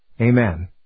Amen